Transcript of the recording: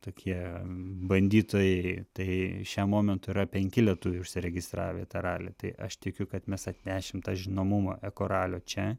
tokie bandytojai tai šiam momentui yra penki lietuviai užsiregistravę į tą ralį tai aš tikiu kad mes atnešim tą žinomumą eko ralio čia